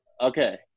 Okay